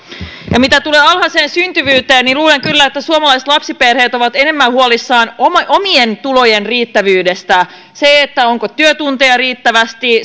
mitä tulee alhaiseen syntyvyyteen luulen kyllä että suomalaiset lapsiperheet ovat enemmän huolissaan omien omien tulojensa riittävyydestä siitä onko työtunteja riittävästi